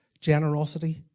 generosity